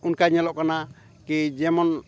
ᱚᱱᱠᱟ ᱧᱮᱞᱚᱜ ᱠᱟᱱᱟ ᱠᱤ ᱡᱮᱢᱚᱱ